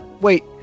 Wait